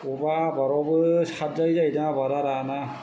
बबेबा आबादावबो सारजायो जाहैदों आबादा राना